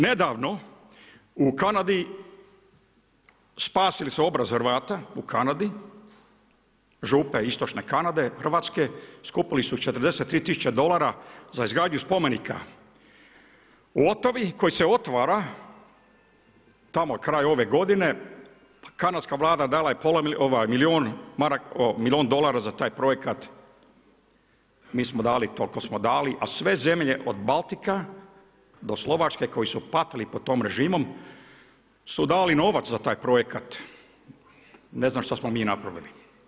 Nedavno u Kanadi spasili su obraz Hrvata, župe istočne Kanade hrvatske, skupili 43 000 dolara za izgradnju spomenika u Ottawi koji se otvara tamo krajem ove godine, kanadska Vlada dala je milijun dolara za taj projekat, mi smo dali koliko smo dali a sve zemlje od Baltika do Slovačke koji su patili pod tim režimom su dali novac za taj projekat, ne znam šta smo mi napravili.